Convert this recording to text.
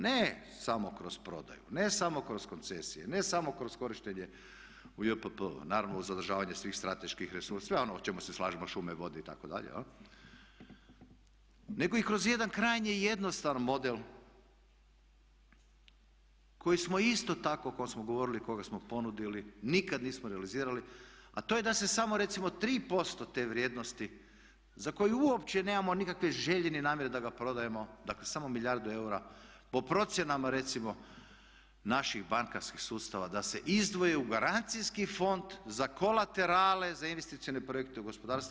Ne samo kroz prodaju, ne samo kroz koncesije, ne samo kroz korištenje u JPP, naravno uz zadržavanje svih strateških resursa, sve ono o čemu se slažemo šume, vode itd. nego i kroz jedan krajnje jednostavan model koji smo isto tako, o kom smo govorili, koga smo ponudili nikad nismo realizirali a to je da se samo recimo 3% te vrijednosti za koju uopće nemamo nikakve želje ni namjere da ga prodajemo, dakle samo milijardu eura po procjenama recimo naših bankarskih sustava da se izdvoje u garancijski fond za kolaterale, za investicione projekte u gospodarstvu.